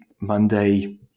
Monday